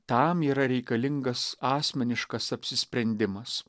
tam yra reikalingas asmeniškas apsisprendimas